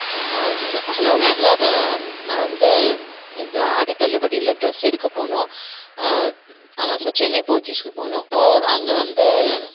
சா hello sir நான் வந்து இந்த ஆடி தள்ளுபடியில் ட்ரெஸ் எடுக்கப் போகணும் ஆமாம் சார் சென்னை போத்தீஸுக்கு போகணும் போ அங்கே வந்து